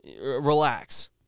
Relax